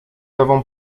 avons